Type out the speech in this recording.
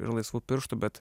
ir laisvų pirštų bet